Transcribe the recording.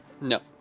No